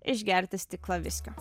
išgerti stiklą viskio